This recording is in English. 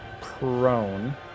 prone